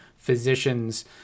physicians